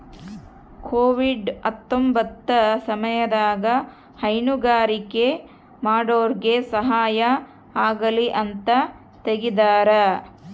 Covid ಹತ್ತೊಂಬತ್ತ ಸಮಯದಾಗ ಹೈನುಗಾರಿಕೆ ಮಾಡೋರ್ಗೆ ಸಹಾಯ ಆಗಲಿ ಅಂತ ತೆಗ್ದಾರ